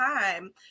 time